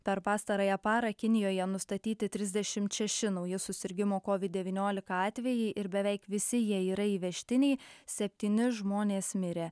per pastarąją parą kinijoje nustatyti trisdešimt šeši nauji susirgimo covid devyniolika atvejai ir beveik visi jie yra įvežtiniai septyni žmonės mirė